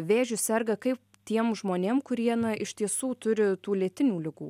vėžiu serga kaip tiem žmonėm kurie na iš tiesų turi tų lėtinių ligų